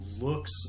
looks